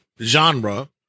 genre